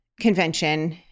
convention